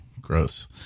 Gross